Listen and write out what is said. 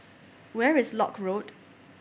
where is Lock Road